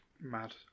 Mad